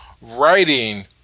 writing